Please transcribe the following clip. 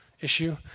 issue